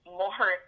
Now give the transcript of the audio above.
more